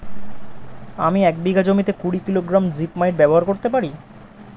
আমি এক বিঘা জমিতে কুড়ি কিলোগ্রাম জিপমাইট ব্যবহার করতে পারি?